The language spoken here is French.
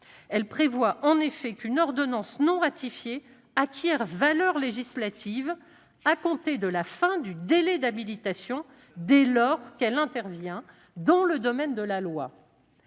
en indiquant qu'une ordonnance non ratifiée acquiert une valeur législative à compter de la fin du délai d'habilitation dès lors qu'elle intervient dans le domaine de la loi.